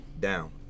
down